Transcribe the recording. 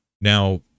now